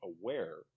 aware